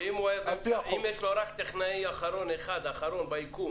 ואם יש לו רק טכנאי אחרון, אחד, אחרון ביקום,